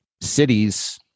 cities